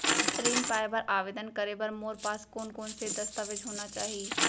ऋण पाय बर आवेदन करे बर मोर पास कोन कोन से दस्तावेज होना चाही?